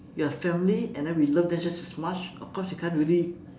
we have a family and then we love them just as much of course we can't really